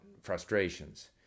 frustrations